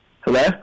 Hello